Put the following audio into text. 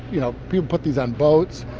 you know, people put these on boats.